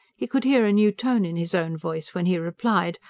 he could hear a new tone in his own voice when he replied,